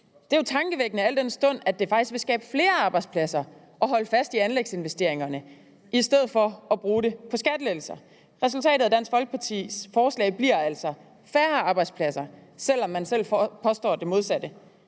Det er jo tankevækkende, al den stund at det faktisk vil skabe flere arbejdspladser at holde fast i anlægsinvesteringerne i stedet for at bruge pengene på skattelettelser. Resultatet af Dansk Folkepartis forslag bliver altså færre arbejdspladser, selv om man påstår det modsatte.